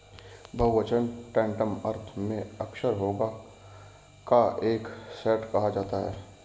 बहुवचन टैंटम अर्थ में अक्सर हैगा का एक सेट कहा जाता है